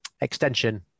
extension